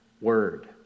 word